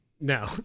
no